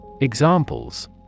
Examples